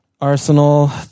Arsenal